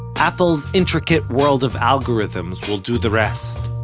apple's intricate world of algorithms will do the rest,